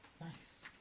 Nice